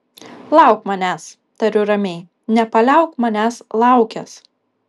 lauk manęs tariu ramiai nepaliauk manęs laukęs